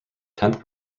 tenth